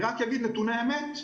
מנתוני אמת,